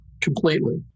completely